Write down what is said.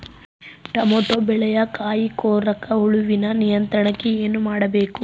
Tomato ಬೆಳೆಯ ಕಾಯಿ ಕೊರಕ ಹುಳುವಿನ ನಿಯಂತ್ರಣಕ್ಕೆ ಏನು ಮಾಡಬೇಕು?